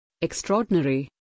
extraordinary